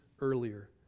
earlier